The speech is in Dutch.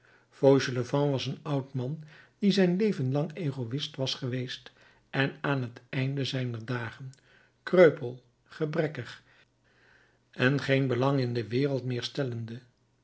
fauchelevent was een oud man die zijn leven lang egoïst was geweest en aan t einde zijner dagen kreupel gebrekkig en geen belang in de wereld meer stellende